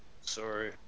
sorry